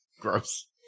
Gross